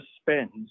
spends